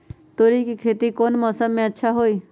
तोड़ी के खेती कौन मौसम में अच्छा होई?